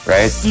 Right